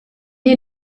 est